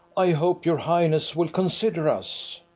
i hope your highness will consider us.